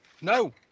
No